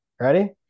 ready